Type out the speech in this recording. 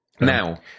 Now